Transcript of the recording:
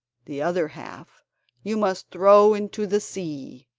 the other half you must throw into the sea.